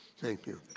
thank you.